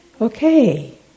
okay